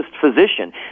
physician